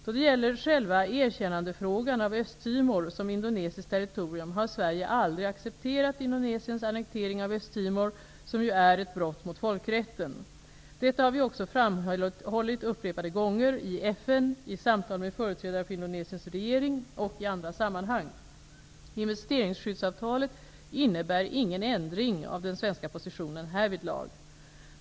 Då det gäller själva erkännandefrågan av Östtimor som indonesiskt territorium har Sverige aldrig accepterat Indonesiens annektering av Östtimor, som ju är ett brott mot folkrätten. Detta har vi också framhållit upprepade gånger, i FN, i samtal med företrädare för Indonesiens regering och i andra sammanhang. Investeringsskyddsavtalet innebär ingen ändring av den svenska positionen härvidlag.